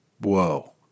Whoa